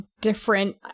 different